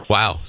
Wow